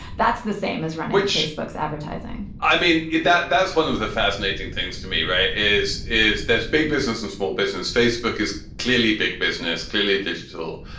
that's the same as. right. which is spex advertising i mean, that that's one of the fascinating things to me. right, is, is there's big business and small business. facebook is clearly big business. clearly, digital